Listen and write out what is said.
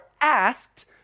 asked